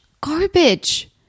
garbage